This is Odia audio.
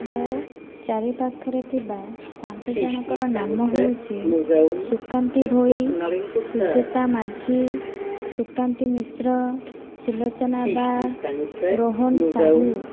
ମୋ ଚାରି ପାଖରେ ଥିବା ପାଞ୍ଚ ଜଣଙ୍କର ନାମ ହେଉଛି ସୁକାନ୍ତି ଭୋଇ ସୁଜାତା ମାଝୀ ସୁକାନ୍ତି ମିଶ୍ର ସୁଲୋଚନା ବାଗ୍ ରୋହନ ସାହୁ